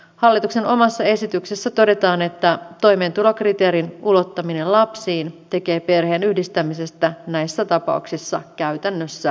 hallituksen omassa esityksessä todetaan että toimeentulokriteerin ulottaminen lapsiin tekee perheenyhdistämisestä näissä tapauksissa käytännössä mahdotonta